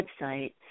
website